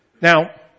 Now